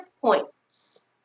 points